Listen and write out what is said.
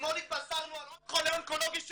אתמול התבשרנו על עוד חולה אונקולוגי שמת.